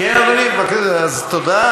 כן, אדוני, אז תודה.